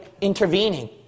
intervening